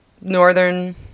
northern